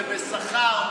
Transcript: זה בשכר?